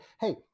Hey